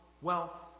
wealth